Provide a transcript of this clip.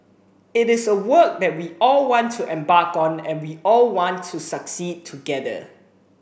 it is a work that we all want to embark on and we all want to succeed together